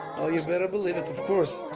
oh you better believe it. of course.